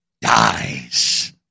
dies